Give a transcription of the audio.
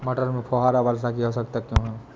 मटर में फुहारा वर्षा की आवश्यकता क्यो है?